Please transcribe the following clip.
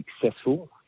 successful